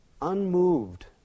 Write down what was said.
unmoved